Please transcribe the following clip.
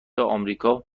آمریکا